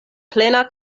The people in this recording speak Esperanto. plena